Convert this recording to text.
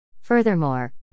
Furthermore